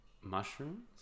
Mushrooms